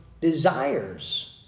desires